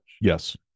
Yes